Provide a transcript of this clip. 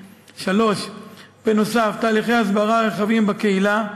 3. תהליכי הסברה רחבים בקהילה,